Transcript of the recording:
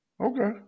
Okay